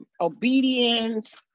obedience